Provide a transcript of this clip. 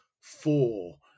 four